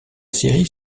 série